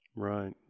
Right